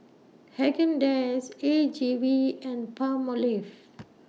Haagen Dazs A G V and Palmolive